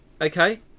Okay